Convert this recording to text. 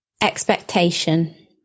expectation